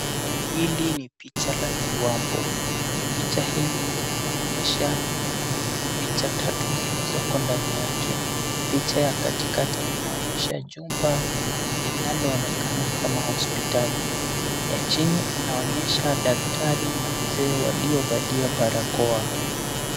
Hili ni picha la kiwambo. Picha hili linaonyesha picha tatu zilizoko ndani yake. Picha ya katikati inaonyesha jumba linaloonekana kama hospitali, ya chini inaonyesha daktari na mzee waliovalia barakoa.